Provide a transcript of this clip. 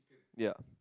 ya